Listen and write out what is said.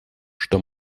что